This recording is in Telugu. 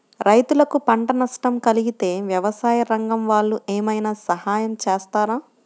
రైతులకు పంట నష్టం కలిగితే వ్యవసాయ రంగం వాళ్ళు ఏమైనా సహాయం చేస్తారా?